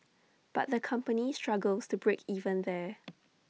but the company struggles to break even there